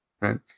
right